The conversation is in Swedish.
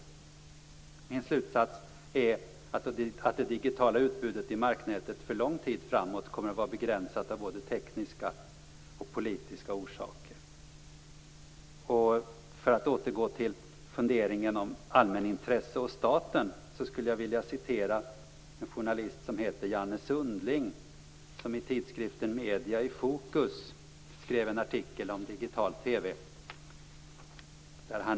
Min slutsats är att det digitala utbudet i marknätet för lång tid framåt kommer att vara begränsat av både tekniska och politiska orsaker. För att återgå till funderingen om allmänintresse och staten skulle jag vilja citera en journalist som heter Janne Sundling. Han skrev i tidskriften Media i Fokus en artikel om digital TV.